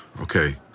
okay